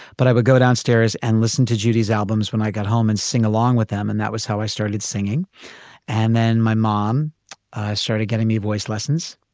but i would go downstairs and listen to judy's albums when i got home and sing along with them, and that was how i started singing and then my mom started getting me voice lessons.